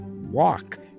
Walk